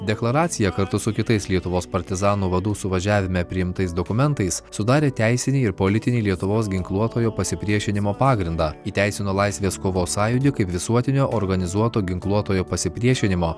deklaraciją kartu su kitais lietuvos partizanų vadų suvažiavime priimtais dokumentais sudarė teisinį ir politinį lietuvos ginkluotojo pasipriešinimo pagrindą įteisino laisvės kovos sąjūdį kaip visuotinio organizuoto ginkluotojo pasipriešinimo